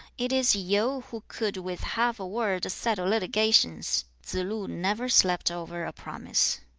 it is yu, who could with half a word settle litigations two. tsze-lu never slept over a promise.